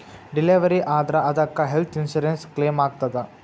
Delivery ಆದ್ರ ಅದಕ್ಕ health insurance ಕ್ಲೇಮಾಗ್ತದ?